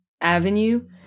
avenue